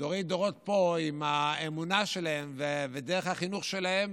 דורי-דורות פה, עם האמונה שלה ודרך החינוך שלה,